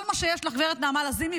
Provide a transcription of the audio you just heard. כל מה שיש לך, גב' נעמה לזימי.